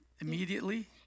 immediately